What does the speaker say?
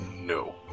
no